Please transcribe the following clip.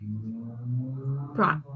Right